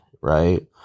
right